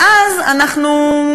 ואז אנחנו,